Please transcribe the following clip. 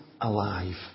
alive